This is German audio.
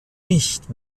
nicht